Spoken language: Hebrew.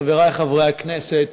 חברי חברי הכנסת,